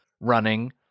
running